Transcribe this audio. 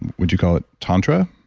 what do you call it? tantra?